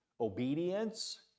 obedience